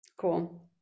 cool